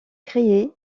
créer